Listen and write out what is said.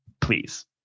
Please